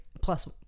plus